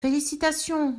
félicitations